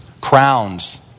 crowns